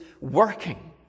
working